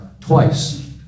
twice